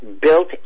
built